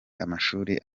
amashuri